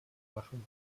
machen